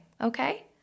okay